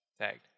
tagged